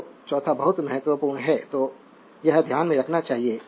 तो चौथा बहुत महत्वपूर्ण है तो यह ध्यान में रखना चाहिए